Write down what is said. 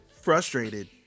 frustrated